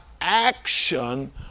action